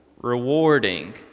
rewarding